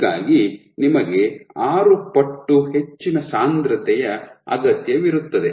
ಹೀಗಾಗಿ ನಿಮಗೆ ಆರು ಪಟ್ಟು ಹೆಚ್ಚಿನ ಸಾಂದ್ರತೆಯ ಅಗತ್ಯವಿರುತ್ತದೆ